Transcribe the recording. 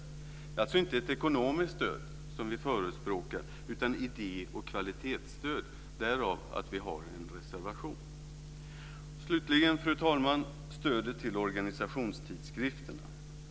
Det är alltså inte ett ekonomiskt stöd som vi förespråkar, utan idé och kvalitetsstöd - därav vår reservation. Slutligen, fru talman, gäller det stödet till organisationstidskrifterna.